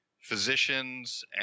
physicians